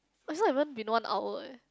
it's not even been one hour eh